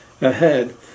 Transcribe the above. ahead